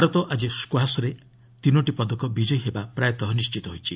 ଭାରତ ଆଜି ସ୍କାସ୍ରେ ଆଜି ତିନୋଟି ପଦକ ବିଜୟୀ ହେବା ପ୍ରାୟତଃ ନିଣ୍ଢିତ ହୋଇଛି